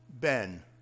Ben